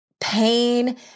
pain